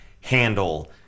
handle